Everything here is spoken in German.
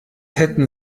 hätten